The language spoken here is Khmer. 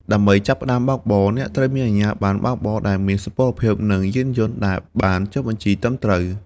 ដើម្បីចាប់ផ្តើមបើកបរ អ្នកត្រូវមានប័ណ្ណបើកបរដែលមានសុពលភាព និងយានយន្តដែលបានចុះបញ្ជីត្រឹមត្រូវ។